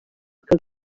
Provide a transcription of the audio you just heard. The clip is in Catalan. que